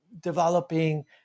developing